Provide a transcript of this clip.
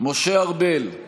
משה ארבל,